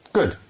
Good